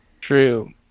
True